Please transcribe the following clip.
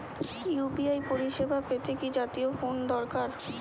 UPI পরিসেবা পেতে কি জাতীয় ফোন দরকার?